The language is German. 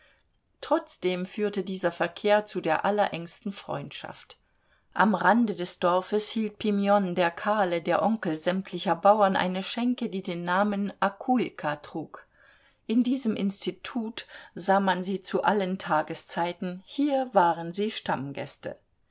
trotzdem führte dieser verkehr zu der allerengsten freundschaft am rande des dorfes hielt pimen der kahle der onkel sämtlicher bauern eine schenke die den namen akuljka trug in diesem institut sah man sie zu allen tageszeiten hier waren sie stammgäste